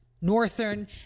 northern